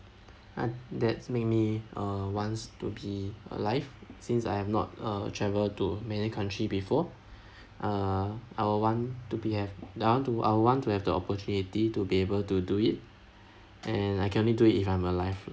an~ that's make me uh wants to be alive since I have not uh travel to many country before uh I will want to be have I want to I will want to have the opportunity to be able to do it and I can only do it if I'm alive